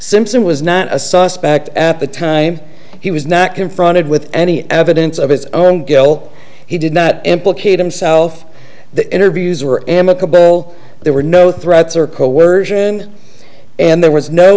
simpson was not a suspect at the time he was not confronted with any evidence of his own goal he did not implicate himself the interviews were amicable there were no threats or coersion and there was no